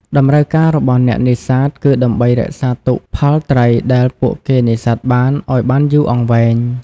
តម្រូវការរបស់អ្នកនេសាទគឺដើម្បីរក្សាទុកផលត្រីដែលពួកគេនេសាទបានឱ្យបានយូរអង្វែង។